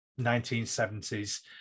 1970s